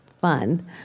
fun